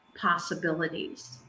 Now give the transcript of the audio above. possibilities